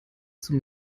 zum